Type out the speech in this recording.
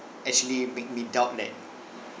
actually make me doubt that